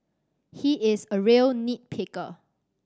he is a real nit picker